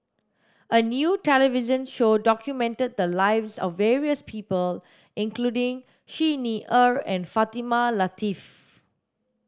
a new television show documented the lives of various people including Xi Ni Er and Fatimah Lateef